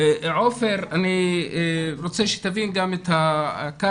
תראה, עופר, אני רוצה שתבין את הכעס.